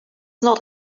not